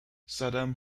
saddam